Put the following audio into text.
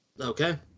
Okay